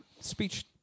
speech